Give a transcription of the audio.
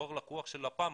בתור לקוח של לפ"מ,